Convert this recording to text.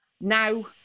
Now